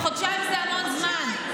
חודשיים זה המון זמן.